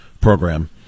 program